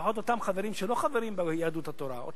ולפחות אותם חברים שלא חברים ביהדות התורה הם,